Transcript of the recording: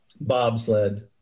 Bobsled